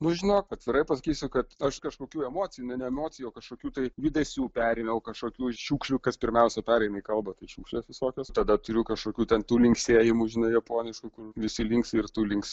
nu žinok atvirai pasakysiu kad aš kažkokių emocinių ne emocijų o kažkokių tai judesių perėmiau kažkokių šiukšlių kas pirmiausia pereina į kalbą tai šiukšlės visokios tada turiu kažkokių ten tų linksėjimų žinai japoniškų kur visi linksi ir tu linksi